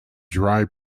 dry